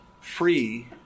free